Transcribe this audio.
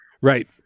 Right